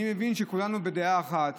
אני מבין שכולנו בדעה אחת